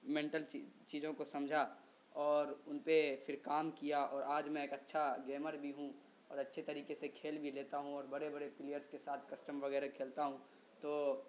mental چیزوں کو سمجھا اور ان پہ پھر کام کیا اور آج میں ایک اچھا گیمر بھی ہوں اور اچھے طریقے سے کھیل بھی لیتا ہوں اور بڑے بڑے پلیئرس کے ساتھ کسٹم وغیرہ کھیلتا ہوں تو